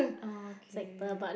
okay